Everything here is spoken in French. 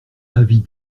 avis